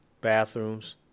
bathrooms